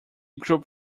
group